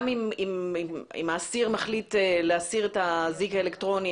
אם האסיר מחליט להסיר את האזיק האלקטרוני,